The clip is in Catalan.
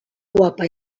guapa